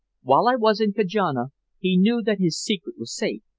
while i was in kajana he knew that his secret was safe,